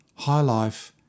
highlife